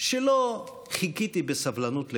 שלא חיכיתי בסבלנות לקורונה.